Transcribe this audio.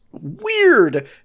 weird